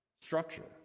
structure